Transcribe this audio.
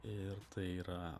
ir tai yra